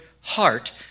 heart